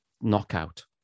knockout